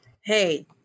hey